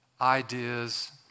ideas